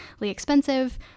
expensive